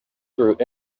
through